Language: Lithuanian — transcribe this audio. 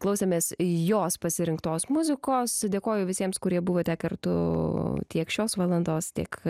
klausėmės jos pasirinktos muzikos dėkoju visiems kurie buvote kartu tiek šios valandos tiek